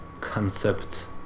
concept